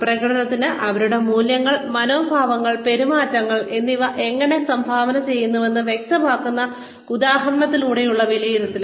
പ്രകടനത്തിന് അവരുടെ മൂല്യങ്ങൾ മനോഭാവങ്ങൾ പെരുമാറ്റങ്ങൾ എന്നിവ എങ്ങനെ സംഭാവന ചെയ്തുവെന്ന് വ്യക്തമാക്കുന്ന ഉദാഹരണങ്ങളിലൂടെയുള്ള വിലയിരുത്തൽ